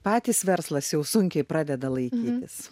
patys verslas jau sunkiai pradeda laikytis